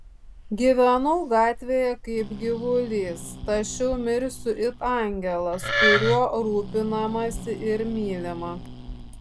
gyvenau gatvėje kaip gyvulys tačiau mirsiu it angelas kuriuo rūpinamasi ir mylima